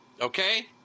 okay